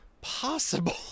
possible